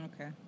Okay